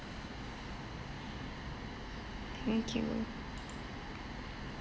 thank you